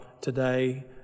today